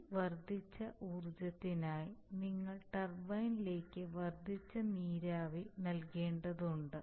ഈ വർദ്ധിച്ച ഊർജത്തിനായി നിങ്ങൾ ടർബൈനിലേക്ക് വർദ്ധിച്ച നീരാവി നൽകേണ്ടതുണ്ട്